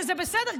וזה בסדר,